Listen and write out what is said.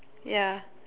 ya